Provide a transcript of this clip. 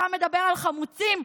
אתה מדבר על חמוצים?